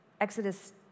Exodus